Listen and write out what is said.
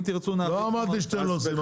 לא אמרתי שאתם לא עושים כלום,